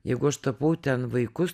jeigu aš tapau ten vaikus